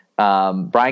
Brian